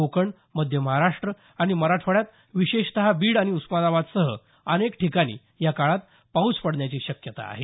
कोकण मध्य महाराष्ट आणि मराठवाड्यात विशेषत बीड आणि उस्मानाबादसह अनेक ठिकाणी या काळात पाऊस पडण्याची शक्यता आहे